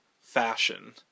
fashion